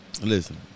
listen